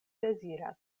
deziras